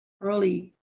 early